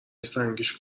سنگیش